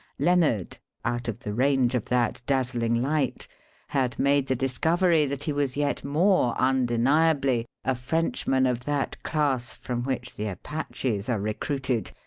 lennard out of the range of that dazzling light had made the discovery that he was yet more undeniably a frenchman of that class from which the apaches are recruited,